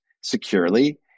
securely